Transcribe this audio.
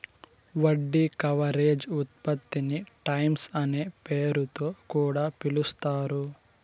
వడ్డీ కవరేజ్ ఉత్పత్తిని టైమ్స్ అనే పేరుతొ కూడా పిలుస్తారు